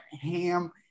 ham